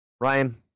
Ryan